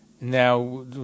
Now